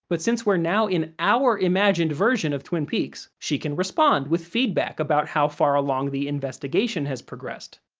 but, since we're now in our imagined version of twin peaks, she can respond with feedback about how far along the investigation has progressed.